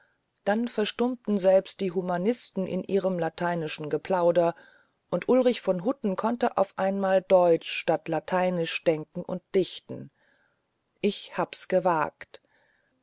dann verstummten selbst die humanisten mit ihrem lateinischen geplauder und ulrich von hutten konnte auf einmal deutsch statt lateinisch denken und dichten ich hab's gewagt